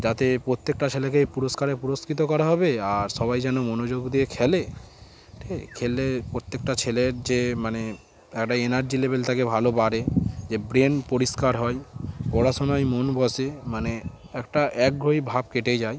যাতে প্রত্যেকটা ছেলেকে পুরস্কারে পুরস্কৃত করা হবে আর সবাই যেন মনোযোগ দিয়ে খেলে খেলে প্রত্যেকটা ছেলের যে মানে একটা এনার্জি লেভেল থকে ভালো বাড়ে যে ব্রেন পরিষ্কার হয় পড়াশোনায় মন বসে মানে একটা একাগ্র ভাব কেটে যায়